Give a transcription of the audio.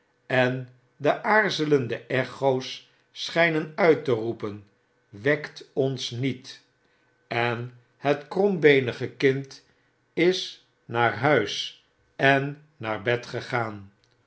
en de aarzelende echo's schynen uit te roepen wekonsniet en het krombeenige kind is naar huis en naar bed gegaan